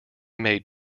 made